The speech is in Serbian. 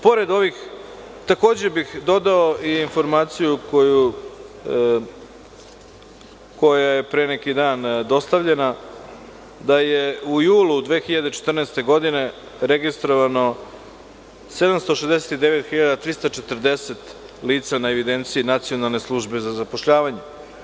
Takođe bih dodao i informaciju koja je pre neki dan dostavljena, da je u julu mesecu 2014. godine registrovano 769.340 lica na evidenciji Nacionalne službe za zapošljavanje.